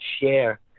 share